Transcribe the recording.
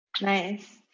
Nice